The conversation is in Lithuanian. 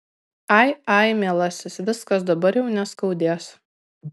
ai ai mielasis viskas dabar jau neskaudės